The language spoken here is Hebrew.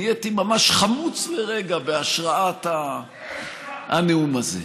נהייתי ממש חמוץ לרגע, בהשראת הנאום הזה.